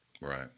Right